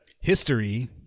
History